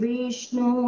Vishnu